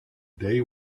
day